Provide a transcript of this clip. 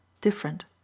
different